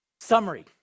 Summary